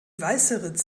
weißeritz